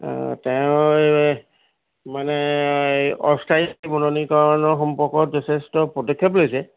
তেওঁ মানে অস্থায়ী বননীকৰণৰ সম্পৰ্কত যথেষ্ট পদক্ষেপ লৈছে